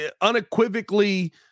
Unequivocally